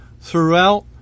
throughout